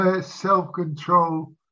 self-control